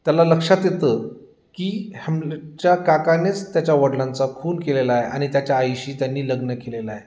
त्याला लक्षात येतं की हॅमलच्या काकानेच त्याच्या वडिलांचा खून केलेला आहे आणि त्याच्या आईशी त्यांनी लग्न केलेल आहे